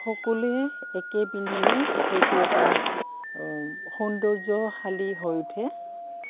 সকলোৱে একেই পিন্ধিলে সেইটো এটা সৌন্দৰ্যশালী হৈ উঠে